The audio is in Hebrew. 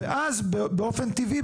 ואז הוא אמור לעבוד בשבת באופן טבעי,